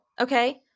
Okay